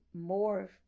more